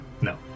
No